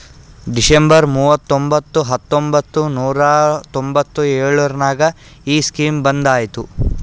December ಮೂವತೊಂಬತ್ತು ಹತ್ತೊಂಬತ್ತು ನೂರಾ ತೊಂಬತ್ತು ಎಳುರ್ನಾಗ ಈ ಸ್ಕೀಮ್ ಬಂದ್ ಐಯ್ತ